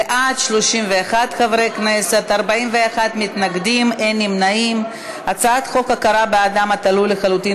מסדר-היום את הצעת חוק הכרה באדם התלוי לחלוטין